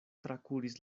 trakuris